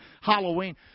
Halloween